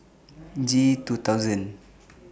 G two thousand